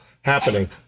happening